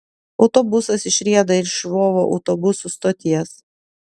autobusas išrieda iš lvovo autobusų stoties